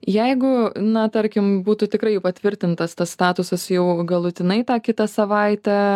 jeigu na tarkim būtų tikrai patvirtintas tas statusas jau galutinai tą kitą savaitę